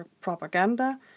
propaganda